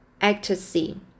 ecstasy